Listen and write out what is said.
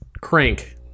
Crank